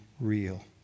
real